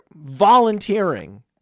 volunteering